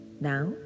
Now